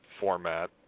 format